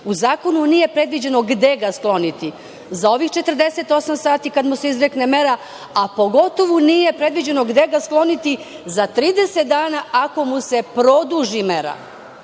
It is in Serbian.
U zakonu nije predviđeno gde ga skloniti za ovih 48 sati kada mu se izrekne mera, a pogotovo nije predviđeno gde ga skloniti za 30 dana, ako mu se produži mera,